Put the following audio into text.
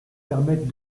permettent